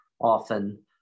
often